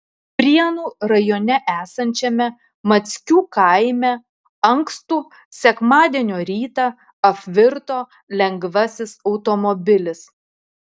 prienų rajone esančiame mackių kaime ankstų sekmadienio rytą apvirto lengvasis automobilis